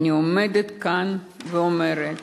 אני עומדת כאן ואומרת: